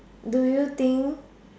do you think